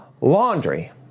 laundry